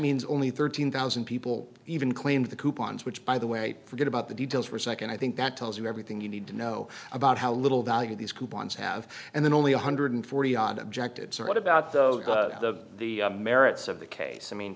means only thirteen thousand people even claimed the coupons which by the way forget about the details for a nd i think that tells you everything you need to know about how little value these coupons have and then only one hundred and forty odd objected so what about those the merits of the case i mean